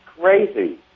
crazy